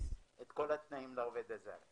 את כל התנאים לעובד הזר.